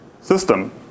system